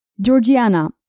Georgiana